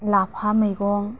लाफा मैगं